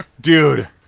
dude